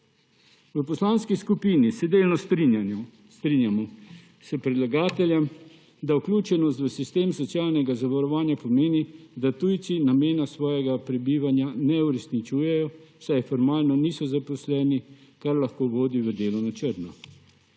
V poslanski skupini se delno strinjamo s predlagateljem, da vključenost v sistem socialnega zavarovanja pomeni, da tujci namena svojega prebivanja ne uresničujejo, saj formalno niso zaposleni, kar lahko vodi v delo na črno.